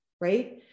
right